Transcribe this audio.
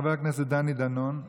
חבר הכנסת דני דנון,